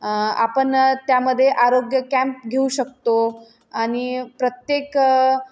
आपण त्यामध्ये आरोग्य कॅम्प घेऊ शकतो आणि प्रत्येक